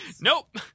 Nope